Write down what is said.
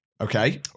Okay